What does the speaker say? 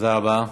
תודה רבה.